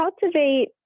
cultivate